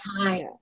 time